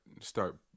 start